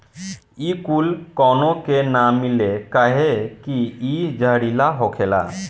इ कूल काउनो के ना मिले कहे की इ जहरीला होखेला